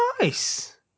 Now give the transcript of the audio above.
nice